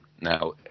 Now